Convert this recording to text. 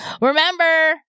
Remember